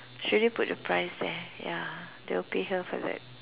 she didn't put the price there ya they'll pay her for that